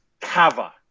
cava